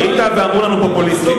היית, ואמרו לנו: פופוליסטיים.